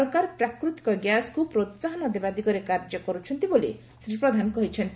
ସରକାର ପ୍ରାକୃତିକ ଗ୍ୟାସ୍କୁ ପ୍ରୋସାହନ ଦେବା ଦିଗରେ କାର୍ଯ୍ୟ କରୁଛନ୍ତି ବୋଲି ଶ୍ରୀ ପ୍ରଧାନ କହିଛନ୍ତି